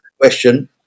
question